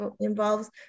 involves